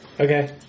Okay